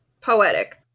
poetic